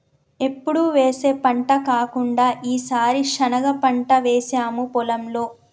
ఎప్పుడు వేసే పంట కాకుండా ఈసారి శనగ పంట వేసాము పొలంలో